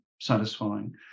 satisfying